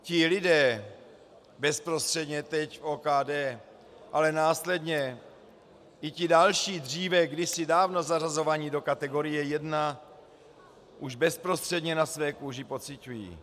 Ti lidé bezprostředně teď v OKD, ale následně i ti další, dříve kdysi dávno zařazovaní do kategorie jedna, to už bezprostředně na své kůži pociťují.